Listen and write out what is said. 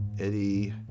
Eddie